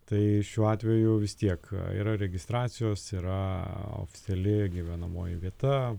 tai šiuo atveju vis tiek yra registracijos yra oficiali gyvenamoji vieta